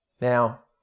Now